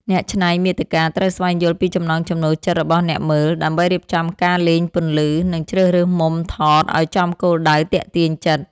អ្នកច្នៃមាតិកាត្រូវស្វែងយល់ពីចំណង់ចំណូលចិត្តរបស់អ្នកមើល ដើម្បីរៀបចំការលេងពន្លឺ និង ជ្រើសរើសមុំថតឱ្យចំគោលដៅទាក់ទាញចិត្ត។